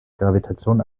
gravitation